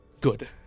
good